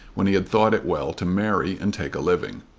when he had thought it well to marry and take a living.